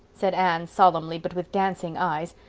said anne solemnly, but with dancing eyes,